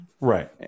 Right